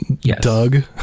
doug